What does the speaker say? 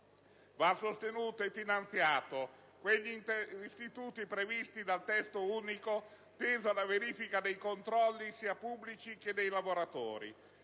sostenuti e finanziati quegli istituti previsti dal Testo unico volti alla verifica dei controlli, sia pubblici che dei lavoratori.